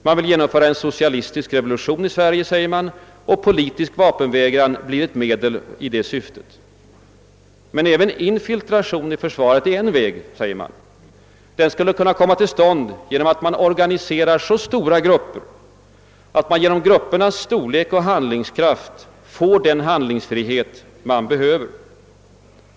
Man vill genomföra en socialistisk revolution i Sverige, säger man, och politisk vapenvägran blir ett medel i detta syfte. Men även infiltration i försvaret är en väg, framhålles det. Den skulle kunna komma till stånd genom organisation av stora grupper. Genom deras storlek och handlingskraft skulle man kunna få den handlingsfrihet som behövs.